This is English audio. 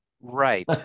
Right